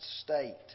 state